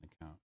account